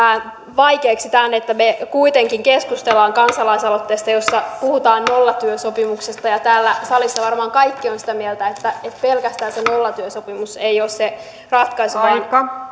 vaikeaksi tämän että me kuitenkin keskustelemme kansalaisaloitteesta jossa puhutaan nollatyösopimuksesta ja täällä salissa varmaan kaikki ovat sitä mieltä että pelkästään se nollatyösopimus ei ole se ratkaiseva